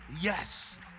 Yes